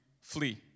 flee